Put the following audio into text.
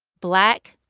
black,